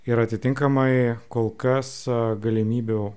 ir atitinkamai kol kas galimybių